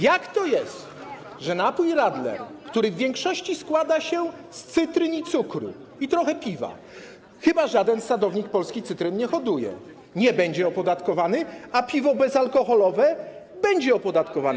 Jak to jest, że napój Radler, który w większości składa się z cytryn i cukru, do tego trochę piwa - chyba żaden sadownik polski cytryn nie hoduje - nie będzie opodatkowany, a piwo bezalkoholowe będzie opodatkowane?